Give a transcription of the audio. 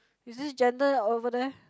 is this gender over there